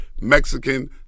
Mexican